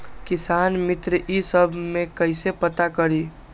किसान मित्र ई सब मे कईसे पता करी?